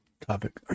topic